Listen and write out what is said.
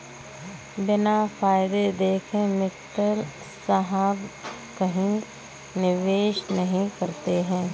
बिना फायदा देखे मित्तल साहब कहीं निवेश नहीं करते हैं